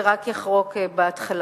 זה רק יחרוק בהתחלה.